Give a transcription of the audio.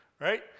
right